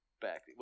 back